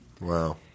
Wow